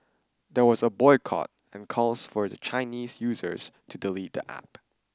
there was a boycott and calls for Chinese users to delete the App